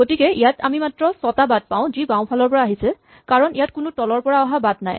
গতিকে ইয়াত আমি মাত্ৰ ছটা বাট পাও যি বাওঁফালৰ পৰা আহিছে কাৰণ ইয়াত কোনো তলৰ পৰা অহা বাট নাই